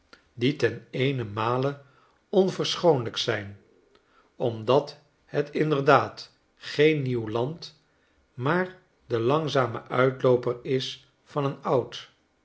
die ten eenenmale onverschoonlijk zijn omdat het inderdaad geen nieuw land maar de langzame uitlooper is van een oud